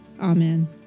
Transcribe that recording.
Amen